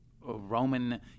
Roman